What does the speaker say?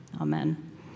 amen